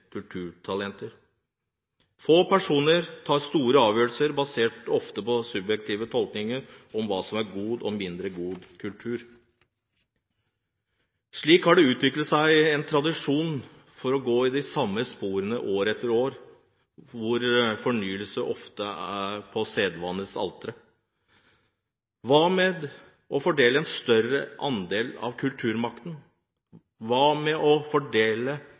personer tar store avgjørelser, ofte basert på subjektive tolkninger av hva som er god og mindre god kultur. Slik har det utviklet seg en tradisjon for å gå i de samme sporene år etter år, hvor fornyelsen ofres på sedvanens alter. Hva med å fordele en større andel av kulturmakten, hva med å fordele